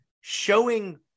showing